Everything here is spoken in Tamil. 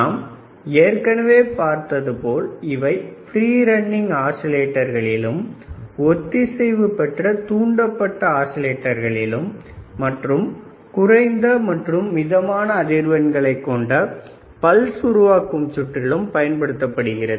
நாம் ஏற்கனவே பார்த்தது போல் இவை ஃப்ரீ ரன்னிங் ஆஸிலேட்டர்களிலும் ஒத்திசைவு பெற்ற தூண்டப்பட்ட ஆஸிலேட்டர்களிலும் மற்றும் குறைந்த மற்றும் மிதமான அதிர்வெண்களை கொண்ட பல்ஸ் உருவாக்கும் சுற்றிலும் பயன்படுத்தப்படுகிறது